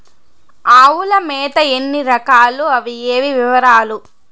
ఆవుల మేత ఎన్ని రకాలు? అవి ఏవి? వివరాలు?